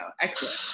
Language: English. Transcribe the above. excellent